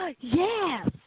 Yes